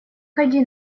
ходи